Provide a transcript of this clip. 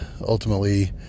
ultimately